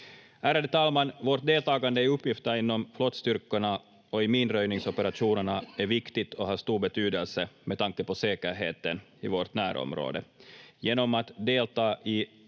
Ärade talman! Vårt deltagande i uppgifter inom flottstyrkorna och i minröjningsoperationerna är viktigt och har stor betydelse med tanke på säkerheten i vårt närområde. Genom att delta i